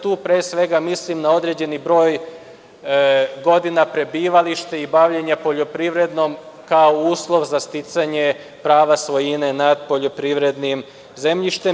Tu pre svega mislim na određeni broj godina, prebivalište i bavljenje poljoprivredom kao uslov za sticanja prava svojine nad poljoprivrednim zemljištem.